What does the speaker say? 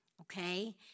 Okay